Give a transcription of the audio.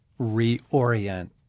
reorient